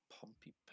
Pompey